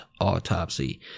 autopsy